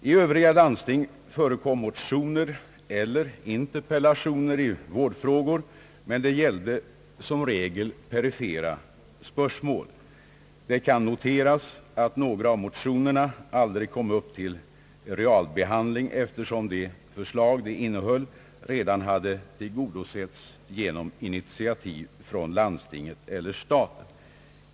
I övriga landsting förekom motioner eller interpellationer i vårdfrågor, men de gällde som regel perifera spörsmål. Det kan noteras att några av motionerna aldrig kom upp till realbehandling, eftersom de förslag som de innehöll redan hade tillgodoseits genom initiativ från landstinget eller staten.